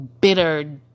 bitter